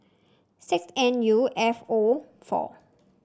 six N U F O four